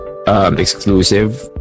Exclusive